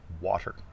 water